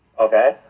Okay